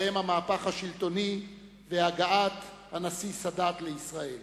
בהם המהפך השלטוני והגעת הנשיא סאדאת לישראל.